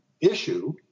issue